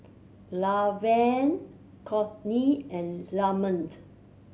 Laverne Courtney and Lamont